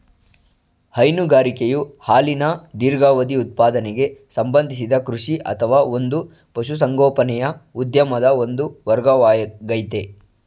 ಹೈನುಗಾರಿಕೆಯು ಹಾಲಿನ ದೀರ್ಘಾವಧಿ ಉತ್ಪಾದನೆಗೆ ಸಂಬಂಧಿಸಿದ ಕೃಷಿ ಅಥವಾ ಒಂದು ಪಶುಸಂಗೋಪನೆಯ ಉದ್ಯಮದ ಒಂದು ವರ್ಗವಾಗಯ್ತೆ